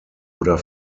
oder